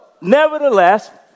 nevertheless